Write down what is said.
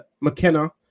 McKenna